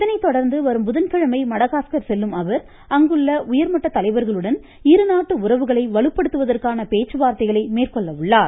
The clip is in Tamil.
இதனைத் தொடர்ந்து வரும் புதன்கிழமை மடக்காஸ்கர் செல்லும் அவர் அங்குள்ள உயர்மட்டத் தலைவர்களுடன் இருநாட்டு உறவுகளை வலுப்படுத்துவந்கான பேச்சுவார்த்தைகளை மேற்கொள்ள உள்ளார்